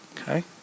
okay